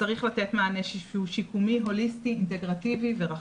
שצריך לתת מענה שיקומי הוליסטי אינטגרטיבי ורחב,